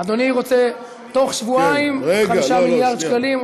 אדוני רוצה תוך שבועיים 5 מיליארד שקלים,